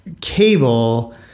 cable